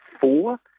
four